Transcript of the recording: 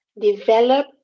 develop